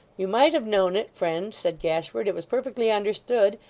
you might have known it, friend said gashford, it was perfectly understood.